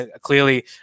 clearly